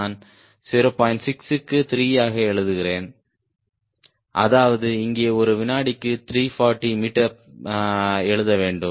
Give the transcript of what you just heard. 6 க்கு 3 ஆக எழுதுகிறேன் அதாவது இங்கே ஒரு வினாடிக்கு 340 மீட்டர் எழுத வேண்டும்